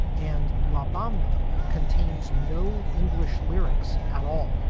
and la bamba contains no english lyrics at all.